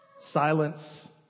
Silence